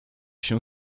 się